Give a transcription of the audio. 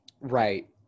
Right